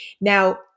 Now